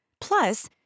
Plus